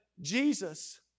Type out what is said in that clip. Jesus